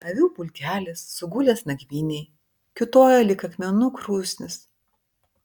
avių pulkelis sugulęs nakvynei kiūtojo lyg akmenų krūsnis